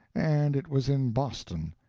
and it was in boston.